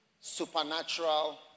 supernatural